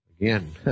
Again